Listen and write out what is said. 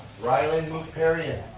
riland luftperien.